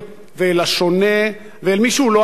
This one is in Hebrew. אל השונה ואל מי שהוא לא אנחנו.